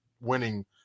winning